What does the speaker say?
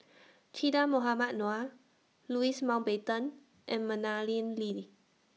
Che Dah Mohamed Noor Louis Mountbatten and Madeleine Lee